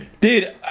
Dude